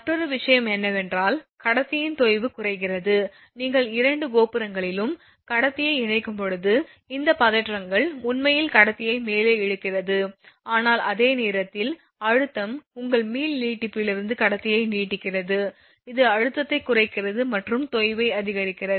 மற்றொரு விஷயம் என்னவென்றால் கடத்தியின் தொய்வு குறைகிறது நீங்கள் இரண்டு கோபுரங்களிலும் கடத்திகளை இணைக்கும்போது இந்த பதற்றங்கள் உண்மையில் கடத்தியை மேலே இழுக்கிறது ஆனால் அதே நேரத்தில் அழுத்தம் உங்கள் மீள் நீட்டிப்பிலிருந்து கடத்தியை நீட்டிக்கிறது இது அழுத்தத்தை குறைக்கிறது மற்றும் தொய்வை அதிகரிக்கிறது